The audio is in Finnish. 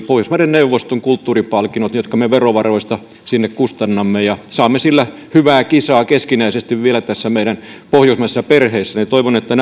pohjoismaiden neuvoston kulttuuripalkinnot jotka me verovaroista sinne kustannamme ja saamme sillä vielä hyvää kisaa keskinäisesti tässä meidän pohjoismaisessa perheessä toivon että